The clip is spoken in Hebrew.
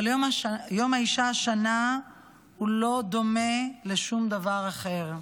אבל יום האישה השנה לא דומה לשום דבר אחר.